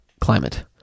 climate